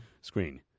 screen